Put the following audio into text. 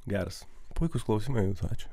geras puikūs klausimai jums ačiū